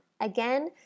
Again